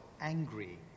angry